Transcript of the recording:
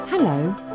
Hello